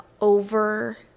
over